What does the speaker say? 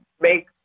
make